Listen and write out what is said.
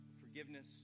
forgiveness